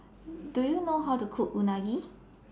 Do YOU know How to Cook Unagi